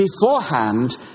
beforehand